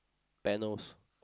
panels